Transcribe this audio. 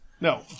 No